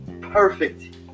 perfect